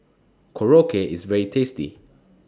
Korokke IS very tasty